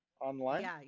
online